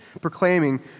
proclaiming